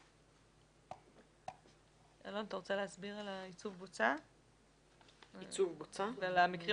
אף אם לא ביצע ייצוב בוצה אם קיבל אישור לכך מאת המונה טרם פינוי הבוצה,